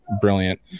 brilliant